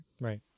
Right